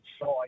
side